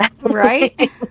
Right